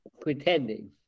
pretending